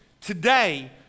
today